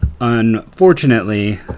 Unfortunately